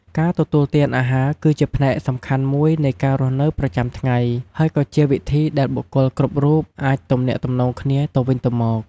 ការទទួលទានអាហារគឺជាផ្នែកសំខាន់មួយនៃការរស់នៅប្រចាំថ្ងៃ ហើយក៏ជាវិធីដែលបុគ្គលគ្រប់រូបអាចទំនាក់ទំនងគ្នាទៅវិញទៅមក។